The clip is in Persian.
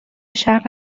شرق